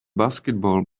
basketball